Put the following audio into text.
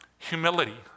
humility